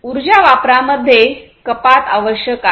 उर्जा वापरामध्ये कपात आवश्यक आहे